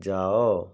ଯାଅ